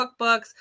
cookbooks